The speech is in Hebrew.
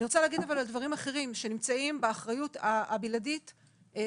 אבל קודם אני רוצה לדבר על דברים אחרים שנמצאים באחריות הבלעדית שלך,